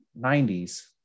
90s